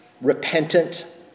repentant